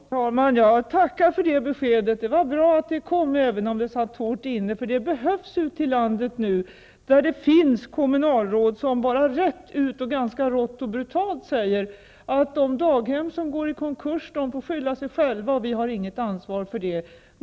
Herr talman! Jag tackar för det beskedet. Det var bra att det kom, även om det satt hårt inne, för det behövs ute i landet nu, där det finns kommunalråd som bara rätt ut och ganska rått och brutalt säger att daghem som går i konkurs får skylla sig själva och att kommunen inte har något ansvar för dem.